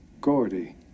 Gordy